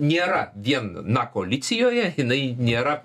nėra vien na koalicijoje jinai nėra